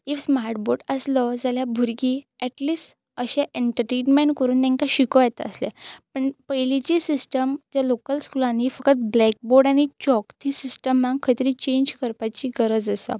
if smart board आसलो जाल्या भुरगीं ऍटलिस्ट अशें ऍण्टर्टेनमँट करून तेंकां शिकोवंक येता आसलें पूण पयलींची सिस्टम ज्या लोकल स्कुलांनी फकत ब्लॅकबोर्ड आनी चॉक ती सिस्टमाक खंय तरी चेंज करपाची गरज आसा